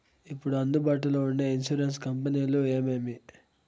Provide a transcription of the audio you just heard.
ఇప్పుడు అందుబాటులో ఉండే ఇన్సూరెన్సు కంపెనీలు ఏమేమి?